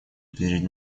перед